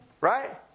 right